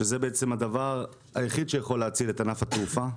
שזה הדבר היחיד שיכול להציל את ענף התעופה,